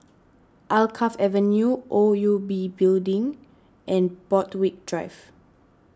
Alkaff Avenue O U B Building and Borthwick Drive